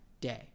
day